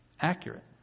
accurate